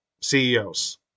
CEOs